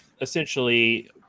essentially